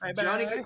Johnny